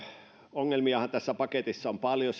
ongelmiahan tässä paketissa on paljon